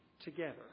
together